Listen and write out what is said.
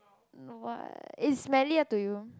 what~ is smellier to you